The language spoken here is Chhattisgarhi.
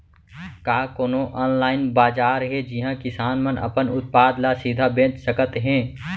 का कोनो अनलाइन बाजार हे जिहा किसान मन अपन उत्पाद ला सीधा बेच सकत हे?